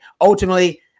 ultimately